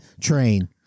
train